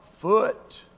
foot